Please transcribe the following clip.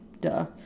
Duh